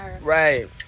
right